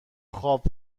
خواب